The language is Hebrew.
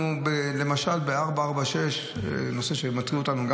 למשל בכביש 446, נושא שגם כן מטריד אותנו,